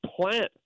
plant